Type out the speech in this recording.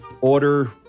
order